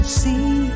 see